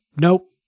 Nope